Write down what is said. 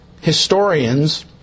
historians